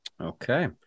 Okay